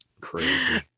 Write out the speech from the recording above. Crazy